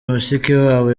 mushikiwabo